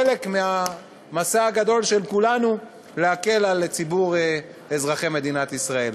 חלק מהמסע הגדול של כולנו להקל על ציבור אזרחי מדינת ישראל.